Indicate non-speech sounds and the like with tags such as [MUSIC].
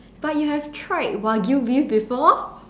but you have tried wagyu-beef before [LAUGHS]